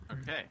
Okay